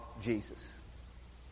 Jesus